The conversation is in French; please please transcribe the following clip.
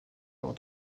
hors